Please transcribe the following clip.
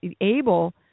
able